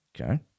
okay